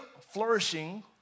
flourishing